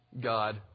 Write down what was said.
God